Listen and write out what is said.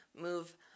move